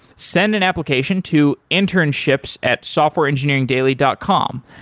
send an application to internships at softwareengineeringdaily dot com.